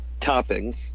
toppings